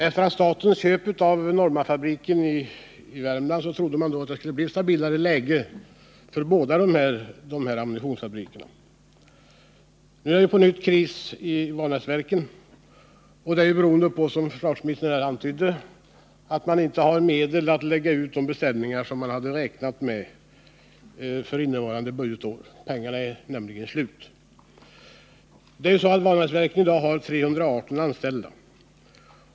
Efter statens köp av Normafabriken i Värmland trodde man att läget skulle bli stabilare för båda dessa ammunitionsfabriker. Nu är det på nytt kris i Vanäsverken, beroende på — som försvarsministern här antydde — att man inte har medel för att lägga ut de beställningar som man räknat med för innevarande budgetår. Pengarna är nämligen slut. Vanäsverken har f. n. 318 anställda.